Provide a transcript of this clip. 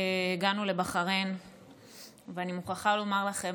הגענו לבחריין ואני מוכרחה לומר לכם,